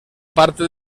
parte